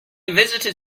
visited